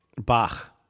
Bach